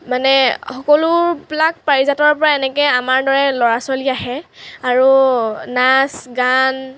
মানে সকলোবিলাক পাৰিজাতৰ পৰা এনেকৈ আমাৰ দৰে ল'ৰা ছোৱালী আহে আৰু নাচ গান